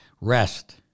rest